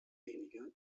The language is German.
weniger